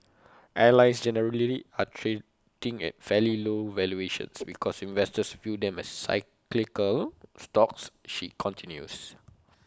airlines generally are trading at fairly low valuations because investors view them as cyclical stocks she continues